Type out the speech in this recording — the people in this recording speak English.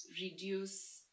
reduce